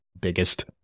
biggest